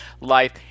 life